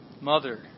Mother